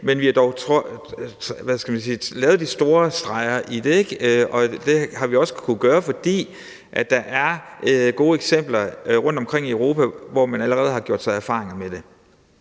men vi har dog trukket de store linjer i det, ikke? Og det har vi også kunnet gøre, fordi der er gode eksempler rundtomkring i Europa, hvor man allerede har gjort sig erfaringer med det.